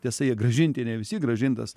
tiesa jie grąžinti ne visi grąžintas